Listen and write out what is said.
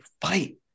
fight